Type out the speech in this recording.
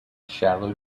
shallow